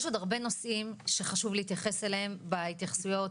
יש עוד הרבה נושאים שחשוב להתייחס אליהם בהתייחסויות,